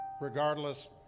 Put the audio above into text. Regardless